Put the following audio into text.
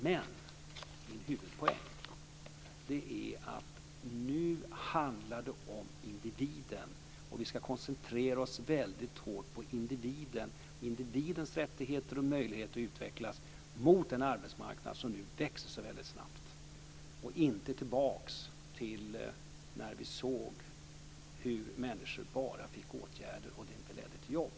Men min huvudpoäng är att det nu handlar om individen. Vi ska koncentrera oss hårt på individen, på individens rättigheter och möjligheter att utvecklas mot en arbetsmarknad som nu växer snabbt. Vi ska inte tillbaka till när vi såg hur människor bara fick åtgärder och det inte ledde till jobb.